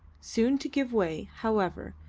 soon to give way, however,